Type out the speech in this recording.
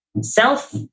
self